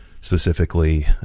specifically